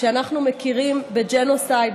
כשאנחנו מכירים בג'נוסייד,